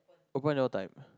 appoint your time